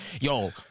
Yo